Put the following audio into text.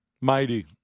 Mighty